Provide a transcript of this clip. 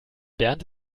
bernd